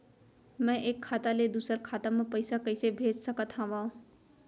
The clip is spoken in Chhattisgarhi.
मैं एक खाता ले दूसर खाता मा पइसा कइसे भेज सकत हओं?